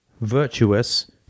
virtuous